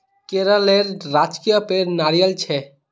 केरलेर राजकीय पेड़ नारियल छे